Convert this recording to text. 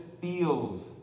feels